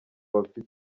bafite